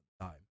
time